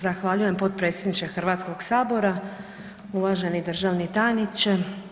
Zahvaljujem potpredsjedniče Hrvatskog sabora, uvaženi državni tajniče.